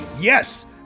Yes